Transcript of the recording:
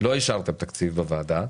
לא אישרת תקציב בוועדה,